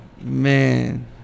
Man